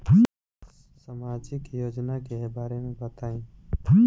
सामाजिक योजना के बारे में बताईं?